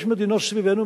יש מדינות סביבנו,